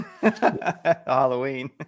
Halloween